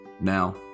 Now